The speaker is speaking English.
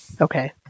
Okay